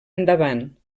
endavant